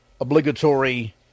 obligatory